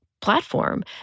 platform